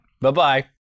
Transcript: Bye-bye